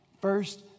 First